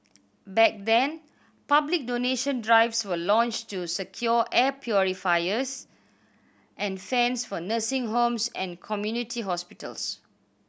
back then public donation drives were launched to secure air purifiers and fans for nursing homes and community hospitals